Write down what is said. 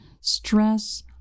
stress